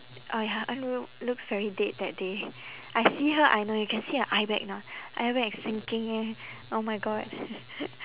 oh ya en ru looks very dead that day I see her I know you can see her eye bag you know eye bag like sinking eh oh my god